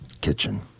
Kitchen